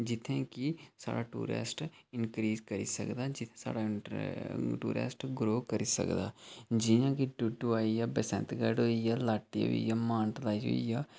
जित्थै कि साढ़ा टूरिस्ट इनक्रीस करी सकदा ऐ जित्थै साढ़ा टूरिस्ट ग्रो करी सकदा ऐ जि'यां कि डुड्डू आई गेआ बसंतगढ़ आई गेआ लाटी होई गआ मानतलाई होई गेआ